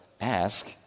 ask